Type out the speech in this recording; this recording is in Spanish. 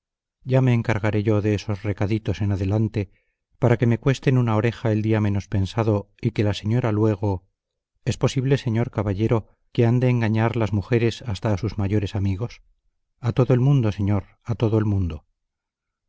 ya me encargaré yo de esos recaditos en adelante para que me cuesten una oreja el día menos pensado y que la señora luego es posible señor caballero que han de engañar las mujeres hasta a sus mayores amigos a todo el mundo señor a todo el mundo